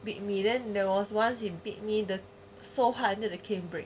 beat me then there was once he beat me so hard the cane break